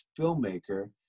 filmmaker